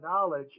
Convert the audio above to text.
knowledge